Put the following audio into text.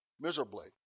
miserably